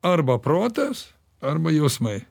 arba protas arba jausmai